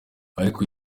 ariko